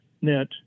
net